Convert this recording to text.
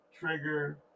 trigger